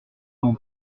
mon